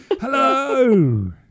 Hello